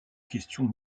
questions